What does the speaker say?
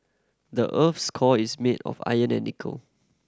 the earth's core is made of iron and nickel